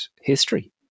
history